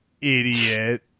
idiot